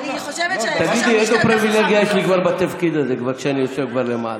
איזו פריבילגיה יש לי כבר בתפקיד הזה כשאני יושב למעלה?